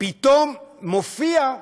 פתאום מופיעה